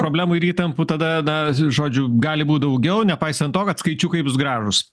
problemų ir įtampų tada na žodžiu gali būti daugiau nepaisant to kad skaičiukai bus gražūs